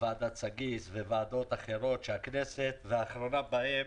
על ועדת סגיס וועדות אחרות בכנסת, האחרונה בהן,